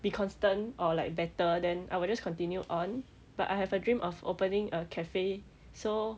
be constant or like better then I will just continue on but I have a dream of opening a cafe so